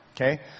Okay